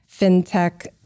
fintech